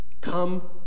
Come